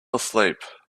asleep